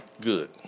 good